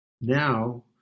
Now